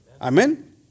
Amen